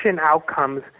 outcomes